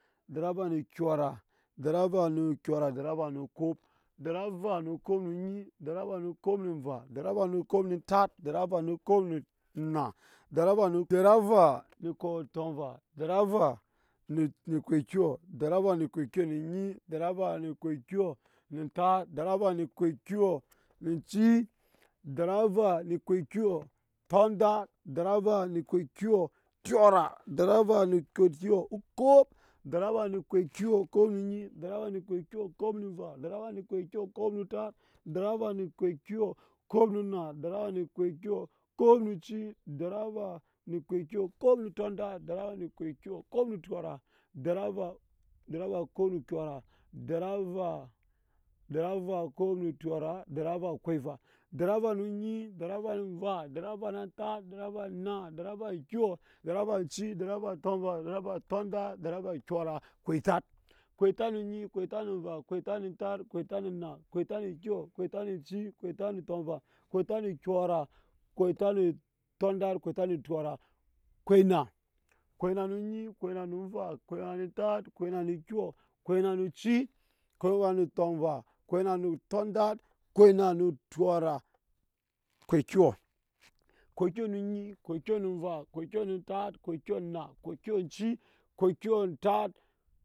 Deri avanu kyora, deri ava nu kop, deri ava nu kop nu onyi, deri va nu kop nu nva, deri avanu kop nu tat, deri ava nu kop nu nna deri ava nu deri avaa nu kop tɔmva deri ava nu nu onyi, deri ava nu kop kyɔ ntat, deri ava nu kop ky nu oci deri ava nu kop kyɔ kyɔra, deri ava nu kop kyɔ okop nu onyi deri ava nu kop kwo nu onyi deri ava nu kop kwo nu tat deri ava nu kop kwo nu ma deri ava nu kop kwo nu oci deri ava nu kop kwo nu tondat deri ava nu kop kwo nu kyora deri ava nu kop kwo nu onyi deri ava nu kop kwo nu onyi deri